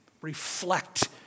Reflect